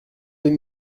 deux